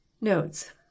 notes